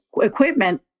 equipment